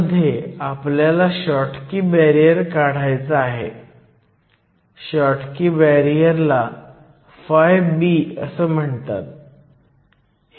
म्हणून प्रथम आपल्याला मायनॉरिटी डिफ्युजन लांबीची गणना करणे आवश्यक आहे आणि हे कोणत्या प्रकारचे डायोड आहे हे निर्धारित करणे आवश्यक आहे